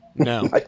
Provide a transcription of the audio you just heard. No